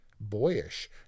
boyish